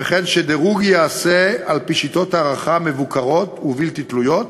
וכן שדירוג ייעשה על-פי שיטות הערכה מבוקרות ובלתי תלויות